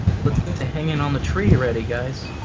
hanging on the tree ready guys